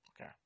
Okay